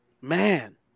man